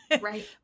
right